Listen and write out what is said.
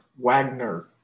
Wagner